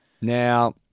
Now